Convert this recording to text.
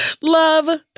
Love